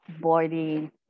boarding